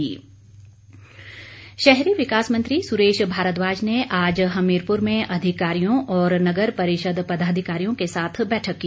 सुरेश भारद्वाज शहरी विकास मंत्री सुरेश भारद्वाज ने आज हमीरपुर में अधिकारियों और नगर परिषद पदाधिकारियों के साथ बैठक की